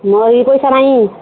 ମୋରି ବି ପଇସା ନାହିଁ